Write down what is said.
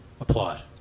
applaud